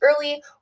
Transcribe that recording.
early